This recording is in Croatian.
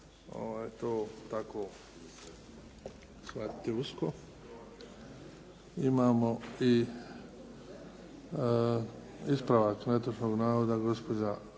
to tako shvatiti usko. Imamo i ispravak netočnog navoda. Gospođa